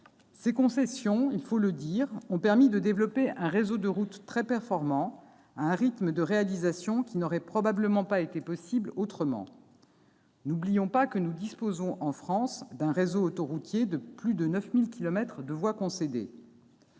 Ces concessions, il faut le dire, ont permis de développer un réseau de routes très performant à un rythme qui n'aurait probablement pas été possible autrement. N'oublions pas que nous disposons, en France, d'un réseau autoroutier de plus de 9 000 kilomètres de voies concédées